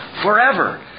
forever